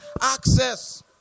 access